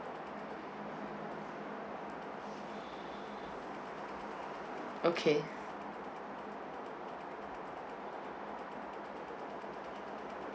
okay